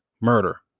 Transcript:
murder